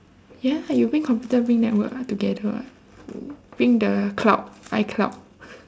ya you bring computer bring network ah together [what] bring the cloud icloud